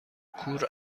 کور